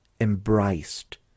embraced